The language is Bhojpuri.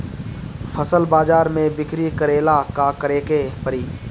फसल बाजार मे बिक्री करेला का करेके परी?